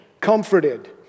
comforted